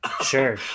Sure